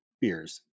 beers